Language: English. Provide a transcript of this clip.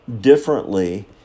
differently